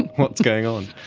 what's going on!